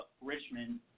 Richmond